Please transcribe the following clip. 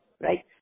right